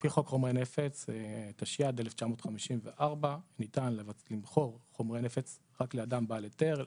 לפי חוק חומרי נפץ תשי"ד-1954 ניתן למכור חומרי נפץ רק לאדם בעל היתר,